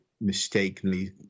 mistakenly